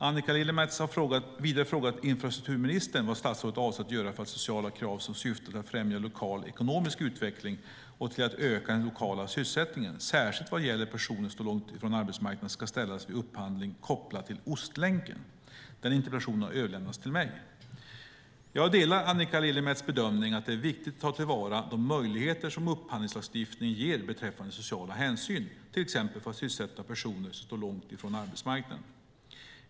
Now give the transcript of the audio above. Annika Lillemets har vidare frågat infrastrukturministern vad statsrådet avser att göra för att sociala krav som syftar till att främja lokal ekonomisk utveckling och till att öka den lokala sysselsättningen, särskilt vad gäller personer som står långt från arbetsmarknaden, ska ställas vid upphandling kopplad till Ostlänken. Interpellationen har överlämnats till mig. Jag delar Annika Lillemets bedömning att det är viktigt att ta till vara de möjligheter som upphandlingslagstiftningen ger beträffande sociala hänsyn, till exempel för att sysselsätta personer som står långt från arbetsmarknaden.